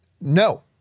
No